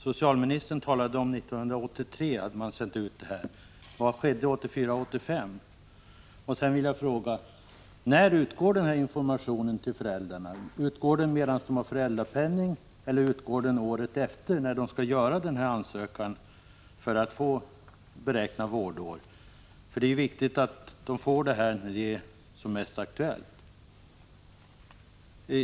Socialministern talade om att ett skriftligt meddelande hade sänts ut 1983. Vad skedde 1984 och 1985? Jag vill också fråga: När ges informationen till föräldrarna? Är det medan de har föräldrapenning, eller är det året efter, när de skall göra ansökan för att räkna vårdår? Det är ju viktigt att föräldrarna får informationen när frågan är som mest aktuell.